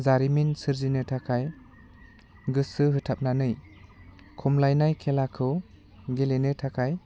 जारिमिन सोरजिनो थाखाय गोसो होथाबनानै खमलायनाय खेलाखौ गेलेनो थाखाय